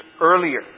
earlier